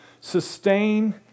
sustain